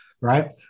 right